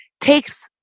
takes